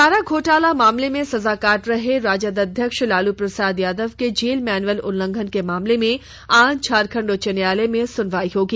चारा घोटाला मामले में सजा काट रहे राजद अध्यक्ष लालू प्रसाद के जेल मैनुअल उल्लंघन के मामले में आज झारखंड उच्च न्यायालय में सुनवाई होगी